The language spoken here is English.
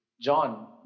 John